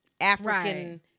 African